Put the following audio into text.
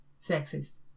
sexist